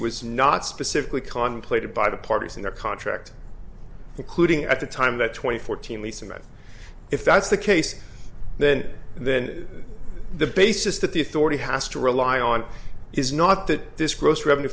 was not specifically contemplated by the parties in their contract including at the time that twenty fourteen lisa met if that's the case then then the basis that the authority has to rely on is not that this gross revenue